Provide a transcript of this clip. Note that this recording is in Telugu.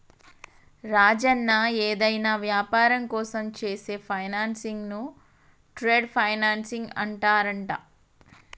రాజన్న ఏదైనా వ్యాపారం కోసం చేసే ఫైనాన్సింగ్ ను ట్రేడ్ ఫైనాన్సింగ్ అంటారంట